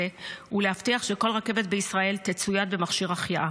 ולהבטיח שכל רכבת בישראל תצויד במכשיר החייאה.